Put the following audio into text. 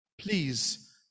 Please